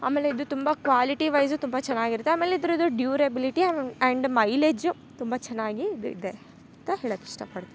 ಆಮೇಲೆ ಇದು ತುಂಬ ಕ್ವಾಲಿಟಿ ವೈಸು ತುಂಬ ಚೆನ್ನಾಗಿರತ್ತೆ ಆಮೇಲೆ ಇದರದ್ದು ಡ್ಯುವ್ರೆಬ್ಲಿಟಿ ಆ್ಯಂಡ್ ಮೈಲೇಜ್ ತುಂಬ ಚೆನ್ನಾಗಿ ಇದು ಇದೆ ಅಂತ ಹೇಳೋಕ್ ಇಷ್ಟ ಪಡ್ತಿನಿ